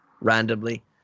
randomly